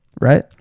right